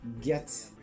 get